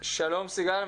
שלום סיגל,